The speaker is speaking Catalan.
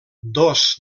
dos